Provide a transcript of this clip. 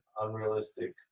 unrealistic